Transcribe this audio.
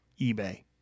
eBay